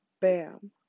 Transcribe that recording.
Bam